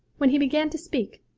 when he began to speak,